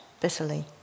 bitterly